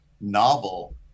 novel